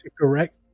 Correct